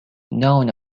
none